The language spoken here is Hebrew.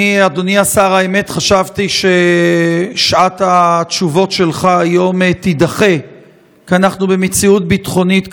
השר, שאלת המשך זאת שאלה שקשורה לשאלות נוספות?